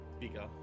bigger